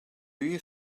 you